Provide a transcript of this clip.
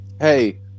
hey